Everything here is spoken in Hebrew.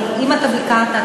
אבל אם אתה ביקרת,